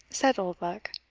said oldbuck.